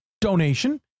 donation